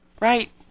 Right